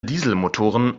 dieselmotoren